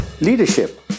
Leadership